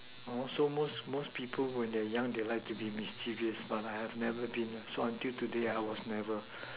also most most people when they young they like to be mischievous but I have never been so until today I was never